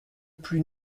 plus